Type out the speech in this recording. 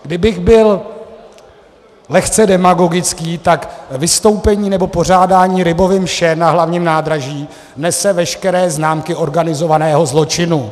Kdybych byl lehce demagogický, tak vystoupení nebo pořádání Rybovy mše na Hlavním nádraží nese veškeré známky organizovaného zločinu.